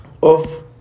off